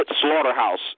Slaughterhouse